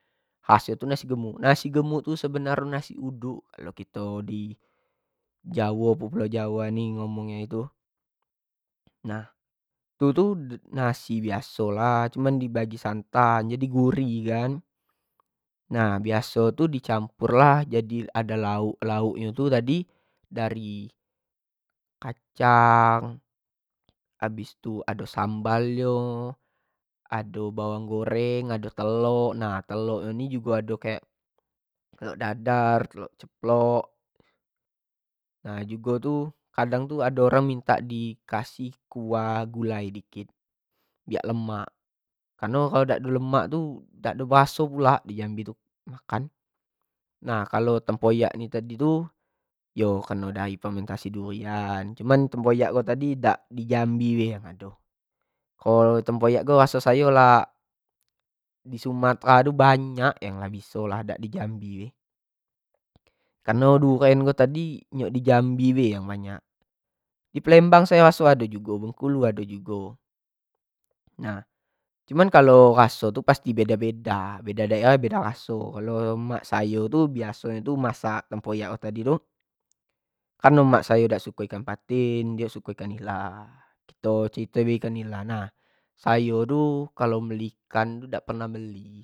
Khas nyo tu nasi gemuk, nasi gemuk tu sebenar nyo nasi uduk jawo pulau jawo ini bilang itu nah itu tu nasi biaso lah cuma di bagi nyo santan gurih kan, nah biaso tu di camour lah ado lauk, lauk nyo tu ado tadi, dari kacang, habis tu ado sambal nyo, ado bawang goreng, ado telok, nah telok ni jugo ado kek telok dadar, telok ceplok, nah jugo tu kadang ado orang mintak di kasih kuah gulai dikit, biak lemak, kareno kalua dak belemak tu dak ado beraso pulak di jambi tu mkan, nah kalo tempoyak ni tadi tu yo kareno dari permentasi durian cuma tempoyak ni tadi dak cuma di jambi be ado, kalo tempoyak ko raso sayo lah disumatera ko banyak lah biso lah dak di jambi kareno duren ko tadi jambi ni lah banyak, di palembang ado, di bengkulu pun ado nah cuma kalau raso tu pasti beda-beda, beda daerah beda raso, kalo mak sayo tu masak tempoyak tadi tu kareno mak sayo ak suko ikan patin dio suko ikan nila, nah sayo tu kalo meli ikan tu dak pernah meli.